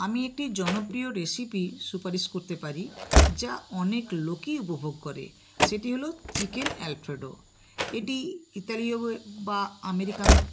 আমি একটি জনপ্রিয় রেসিপি সুপারিশ করতে পারি যা অনেক লোকই উপভোগ করে সেটি হল চিকেন অ্যালফ্রেডো এটি ইতালিয় বা আমেরিকান